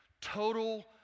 Total